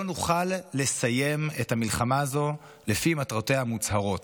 לא נוכל לסיים את המלחמה הזו לפי מטרותיה המוצהרות.